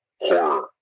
horror